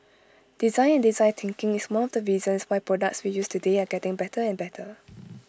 design and design thinking is one of the reasons why products we use today are getting better and better